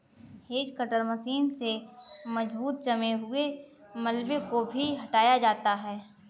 hedge cutter machine से मजबूत जमे हुए मलबे को भी हटाया जाता है